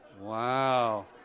Wow